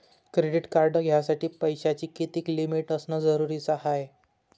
Credit card घ्यासाठी पैशाची कितीक लिमिट असनं जरुरीच हाय?